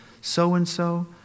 so-and-so